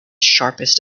sharpest